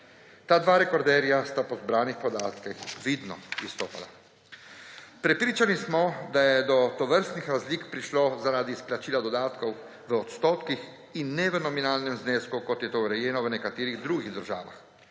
Ta dva rekorderja sta po zbranih podatkih vidno izstopala. Prepričani smo, da je do tovrstnih razlik prišlo zaradi izplačila dodatkov v odstotkih in ne v nominalnem znesku, kot je to urejeno v nekaterih drugih državah.